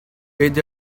with